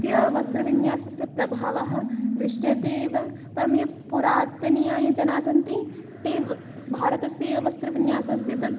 त्य वस्त्रविन्यासस्य प्रभावः दृश्यते एव परं ये पुरातनीया ये जनाः सन्ति ते भारतस्य यः वस्त्रविन्यासः अस्ति तद्